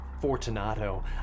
Fortunato